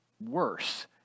worse